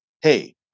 hey